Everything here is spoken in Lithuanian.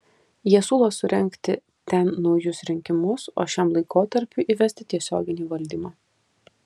jie siūlo surengti ten naujus rinkimus o šiam laikotarpiui įvesti tiesioginį valdymą